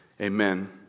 amen